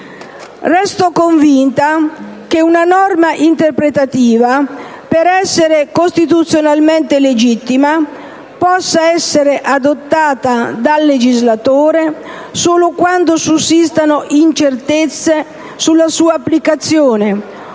Resto convinta che una norma interpretativa, per essere costituzionalmente legittima, possa essere adottata dal legislatore solo quando sussistano incertezze sulla sua applicazione